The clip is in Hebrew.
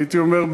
הייתי אומר,